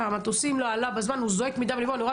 המטוסים לא עלו בזמן והוא זועק מדם ליבו ואני רואה